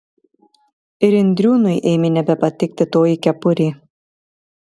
ir indriūnui ėmė nebepatikti toji kepurė